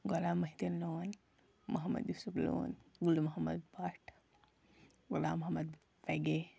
Ghulam Mohiuddin Lone Mohammad Yousuf Lone Ghul Mohammad Bhat Ghulam Mohammad فیٚگے